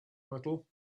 little